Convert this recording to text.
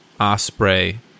osprey